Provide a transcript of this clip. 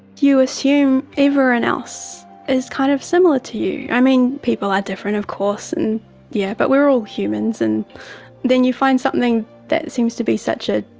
you assume everyone and else is kind of similar to you. i mean, people are different of course and yeah but we're all humans. and then you find something that seems to be such ah